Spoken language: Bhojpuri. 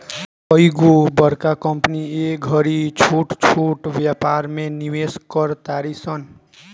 कइगो बड़का कंपनी ए घड़ी छोट छोट व्यापार में निवेश कर तारी सन